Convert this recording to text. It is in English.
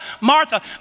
Martha